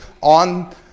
on